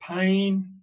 pain